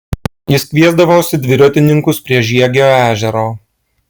jis kviesdavosi dviratininkus prie žiegio ežero